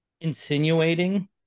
insinuating